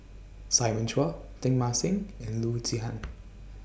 Simon Chua Teng Mah Seng and Loo Zihan